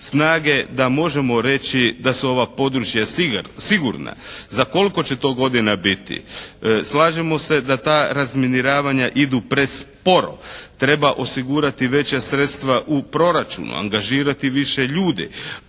snage da možemo reći da su ova područja sigurna, za koliko će to godina biti. Slažemo se da ta razminiravanja idu presporo. Treba osigurati veća sredstva u proračunu, angažirati više ljudi.